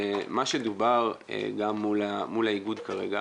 מה שדובר גם מול האיגוד כרגע,